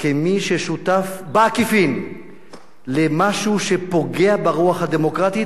כמי ששותף בעקיפין למשהו שפוגע ברוח הדמוקרטית